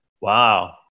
Wow